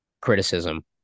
criticism